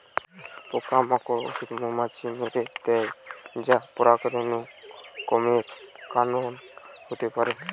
পোকা মারার ঔষধ মৌমাছি মেরে দ্যায় যা পরাগরেণু কমের কারণ হতে পারে